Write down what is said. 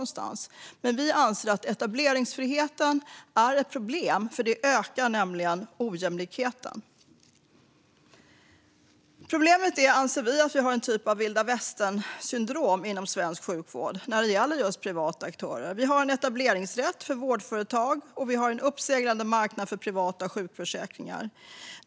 Men vi anser att etableringsfriheten är ett problem eftersom den ökar ojämlikheten. Vi anser att problemet är att det råder ett vilda-västern-syndrom inom svensk sjukvård när det gäller just privata aktörer. Det finns en etableringsrätt för vårdföretag, och det finns en uppseglande marknad för privata sjukförsäkringar.